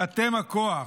אתם הכוח.